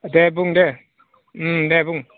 दे बुं दे दे बुं